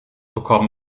bekommen